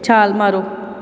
ਛਾਲ ਮਾਰੋ